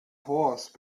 horse